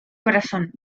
corazón